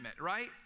right